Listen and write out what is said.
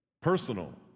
personal